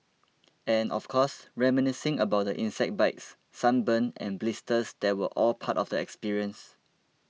and of course reminiscing about the insect bites sunburn and blisters that were all part of the experience